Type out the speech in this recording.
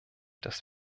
dass